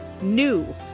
NEW